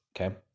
okay